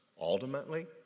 ultimately